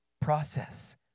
process